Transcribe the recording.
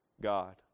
God